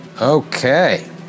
Okay